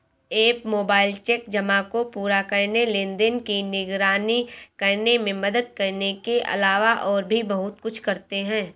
app mobile cheque जमा को पूरा करने, लेनदेन की निगरानी करने में मदद करने के अलावा और भी बहुत कुछ करते हैं